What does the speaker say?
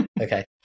Okay